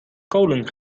kolen